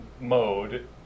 mode